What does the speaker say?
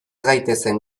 gaitezen